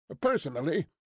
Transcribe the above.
Personally